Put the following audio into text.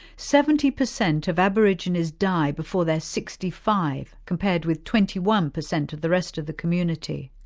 seventy percent of aborigines die before they're sixty five compared with twenty one percent of the rest of the community.